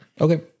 Okay